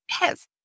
Yes